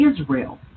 Israel